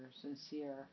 sincere